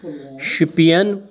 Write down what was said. Shopian